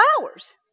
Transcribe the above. hours